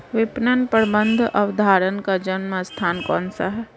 विपणन प्रबंध अवधारणा का जन्म स्थान कौन सा है?